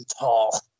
tall